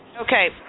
Okay